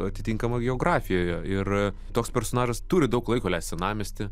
atitinkama geografija ir toks personažas turi daug laiko leist senamiesty